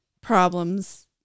problems